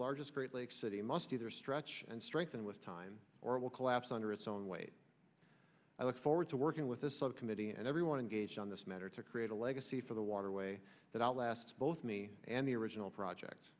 largest great lakes city must either stretch and strengthen with time or it will collapse under its own weight i look forward to working with the subcommittee and everyone engaged on this matter to create a legacy for the waterway that outlasts both me and the original project